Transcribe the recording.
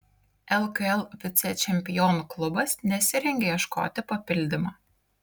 lkl vicečempionų klubas nesirengia ieškoti papildymo